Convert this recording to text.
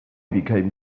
became